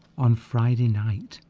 on friday night